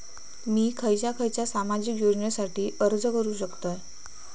मी खयच्या खयच्या सामाजिक योजनेसाठी अर्ज करू शकतय?